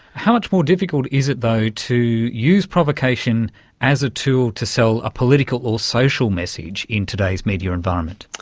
how much more difficult is it though to use provocation as a tool to sell a political or social message in today's media environment?